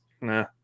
Nah